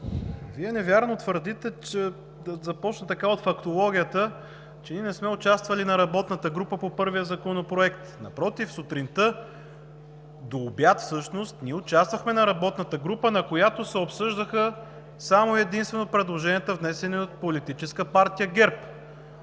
Вие невярно твърдите, да започна от фактологията, че не сме участвали в работната група по първия законопроект. Напротив, сутринта до обяд всъщност ние участвахме в работната група, на която се обсъждаха само и единствено предложенията, внесени от политическа партия ГЕРБ,